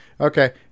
Okay